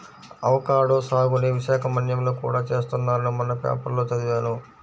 avocado సాగుని విశాఖ మన్యంలో కూడా చేస్తున్నారని మొన్న పేపర్లో చదివాను